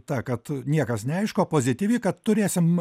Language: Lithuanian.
ta kad niekas neaišku o pozityvi kad turėsim